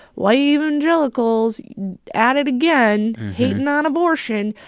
white evangelicals at it again, hating on abortion,